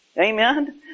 Amen